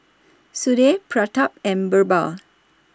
Sudhir Pratap and Birbal